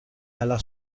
alla